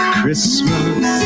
Christmas